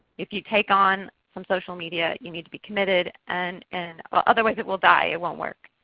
if you take on some social media you need to be committed and and otherwise it will die. it won't work.